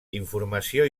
informació